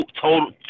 Total